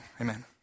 Amen